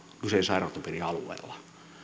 kyseisen sairaanhoitopiirin alueella